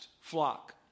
flock